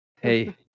Hey